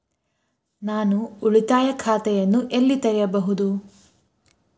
ನಾನು ಉಳಿತಾಯ ಖಾತೆಯನ್ನು ಎಲ್ಲಿ ತೆರೆಯಬಹುದು?